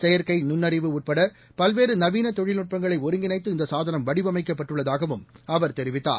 செயற்கை நுண்ணறிவு உட்பட பல்வேறு நவீன தொழில்நுட்பங்களை ஒருங்கிணைத்து இந்த சாதனம் வடிவடிமைக்கப்பட்டுள்ளதாகவும் அவர் தெரிவித்தார்